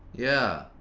yeah.